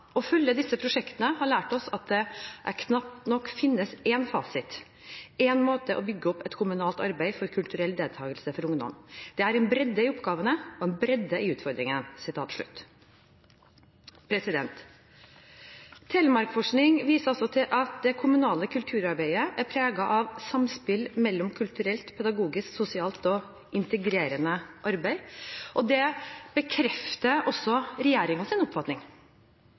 følge disse prosjektene har lært oss at det knapt nok finnes én fasit, én måte å bygge opp et kommunalt arbeid for kulturell deltakelse for ungdom. Det er en bredde i oppgavene og en bredde i utfordringene.» Telemarksforskning viser også til at det kommunale kulturarbeidet er preget av samspill mellom kulturelt, pedagogisk, sosialt og integrerende arbeid. Dette bekrefter regjeringens oppfatning, at det